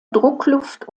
druckluft